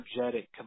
energetic